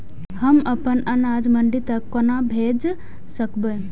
हम अपन अनाज मंडी तक कोना भेज सकबै?